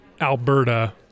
Alberta